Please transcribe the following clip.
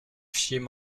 fichiers